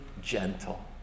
gentle